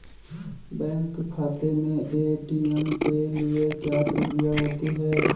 Bank खाते में ATM के लिए क्या प्रक्रिया होती है?